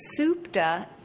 Supta